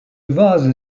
vase